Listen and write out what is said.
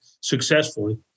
successfully